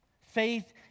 Faith